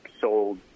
sold